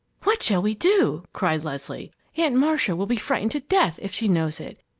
what shall we do? cried leslie. aunt marcia will be frightened to death if she knows it,